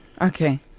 okay